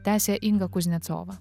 tęsia inga kuznecova